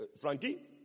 Frankie